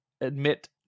admit